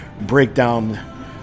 breakdown